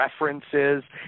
references